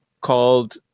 called